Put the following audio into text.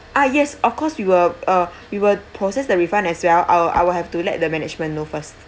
ah yes of course we will uh we will process the refund as well I will I will have to let the management know first